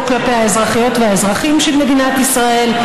לא כלפי האזרחיות והאזרחים של מדינת ישראל.